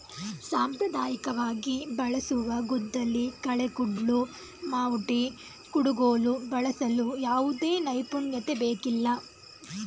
ಸಾಂಪ್ರದಾಯಿಕವಾಗಿ ಬಳಸುವ ಗುದ್ದಲಿ, ಕಳೆ ಕುಡ್ಲು, ಮಾವುಟಿ, ಕುಡುಗೋಲು ಬಳಸಲು ಯಾವುದೇ ನೈಪುಣ್ಯತೆ ಬೇಕಿಲ್ಲ